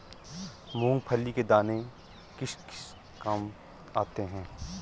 मूंगफली के दाने किस किस काम आते हैं?